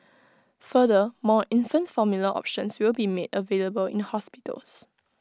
further more infant formula options will be made available in hospitals